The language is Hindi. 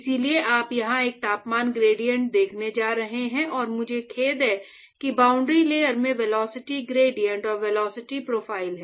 इसलिए आप यहां एक तापमान ग्रेडिएंट देखने जा रहे हैं और मुझे खेद है कि बाउंड्री लेयर में वेलोसिटी ग्रेडिएंट और वेलोसिटी प्रोफ़ाइल है